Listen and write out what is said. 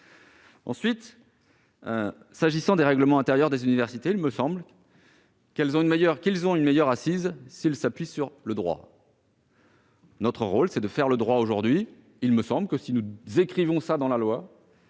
Ensuite, s'agissant des règlements intérieurs des universités, il me semble qu'ils ont une meilleure assise s'ils s'appuient sur le droit. Notre rôle, aujourd'hui, étant de faire le droit, il me semble que si nous inscrivons ce principe dans la loi,